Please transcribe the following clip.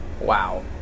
Wow